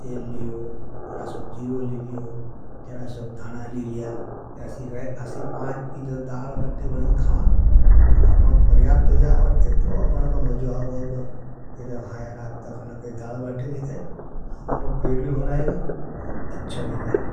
तेल लियो, तरा सब जीरो लिलियो। तरा सब धाना लिलिया, अशि पाँच चीज़न दाल बाती का खामांगा तो अपनें परियाबत हो जाएँ। और इतलों अपनें का मज़वावाग, इतलों हाया राथ तक हमनें दाल बाती नहीं खाई, हमारों पेड़ भी भराईगा और अच्छो भी नहीं।